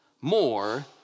more